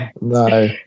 no